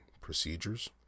procedures